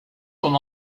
son